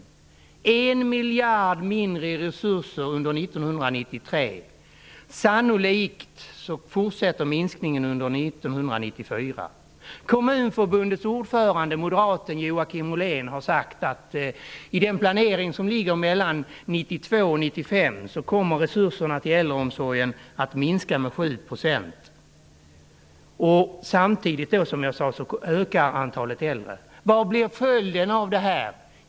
Det avsätts en miljard mindre i resurser under 1993, och sannolikt fortsätter minskningen under 1994. Joakim Ollén, har sagt att i den planering som ligger mellan 1992 och 1995 kommer resurserna till äldreomsorgen att minska med 7 %. Som jag sade, ökar samtidigt antalet äldre. Vad blir följden av det här?